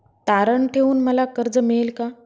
तारण ठेवून मला कर्ज मिळेल का?